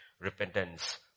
repentance